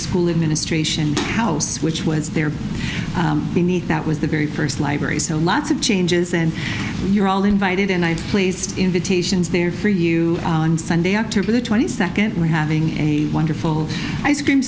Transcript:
school administration house which was there beneath that was the very first library so lots of changes and you're all invited and i placed invitations there for you sunday october the twenty second we're having a wonderful ice cream